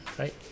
Right